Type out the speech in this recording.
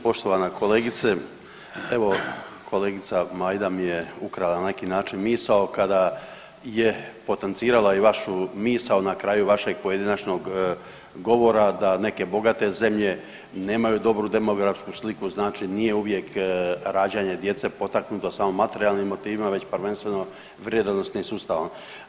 Poštovana kolegice, evo kolegica Majda mi je ukrala na neki način misao kada je potencirala i vašu misao na kraju vašeg pojedinačnog govora da neke bogate zemlje nemaju dobru demografsku sliku znači nije uvijek rađanje djece potaknuto samo materijalnim motivima već prvenstveno vrijedno nosnim sustavom.